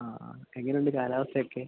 ആ ആ എങ്ങനെയുണ്ട് കാലാവസ്ഥയൊക്കെ